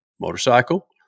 motorcycle